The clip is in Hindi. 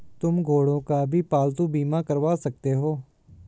तुम घोड़ों का भी पालतू बीमा करवा सकते हो